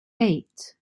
eight